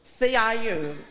CIU